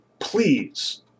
Please